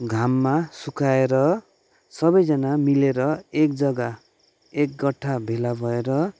घाममा सुकाएर सबैजना मिलेर एक जग्गा एकट्ठा भेला भएर